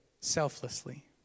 selflessly